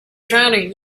drowning